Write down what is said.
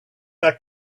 back